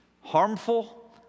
harmful